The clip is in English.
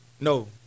No